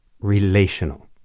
relational